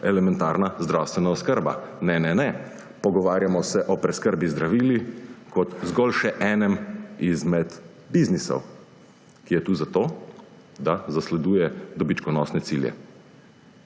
elementarna zdravstvena oskrba. Ne ne ne, pogovarjamo se o preskrbi z zdravili kot zgolj še enem izmed biznisov, ki je tu zato, da zasleduje dobičkonosne cilje.